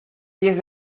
diez